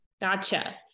Gotcha